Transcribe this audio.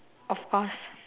of course